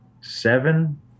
seven